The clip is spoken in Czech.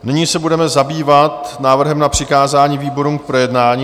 Nyní se budeme zabývat návrhem na přikázání výborům k projednání.